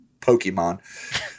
Pokemon